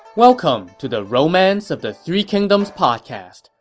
welcome to the romance of the three kingdoms podcast.